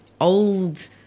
old